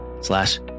slash